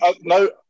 no